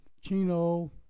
Chino